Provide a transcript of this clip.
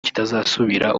kitazasubira